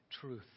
truth